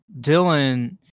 Dylan